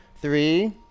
Three